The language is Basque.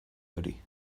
hori